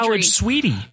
sweetie